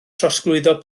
trosglwyddo